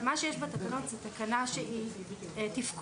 מה שיש בתקנות זה תקנה שהיא תפקודית.